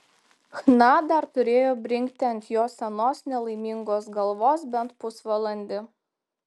chna dar turėjo brinkti ant jo senos nelaimingos galvos bent pusvalandį